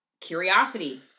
curiosity